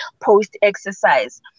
post-exercise